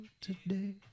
today